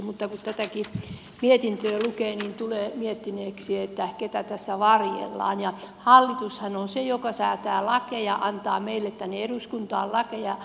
mutta kun tätäkin mietintöä lukee niin tulee miettineeksi että ketä tässä varjellaan ja hallitushan on se joka säätää lakeja antaa meille tänne eduskuntaan lakeja